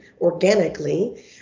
organically